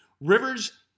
Rivers